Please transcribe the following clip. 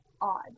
odd